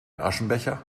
aschenbecher